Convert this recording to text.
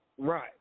right